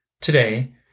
Today